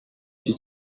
icyi